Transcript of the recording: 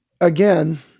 again